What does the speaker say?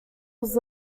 was